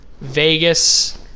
Vegas